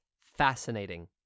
fascinating